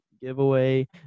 giveaway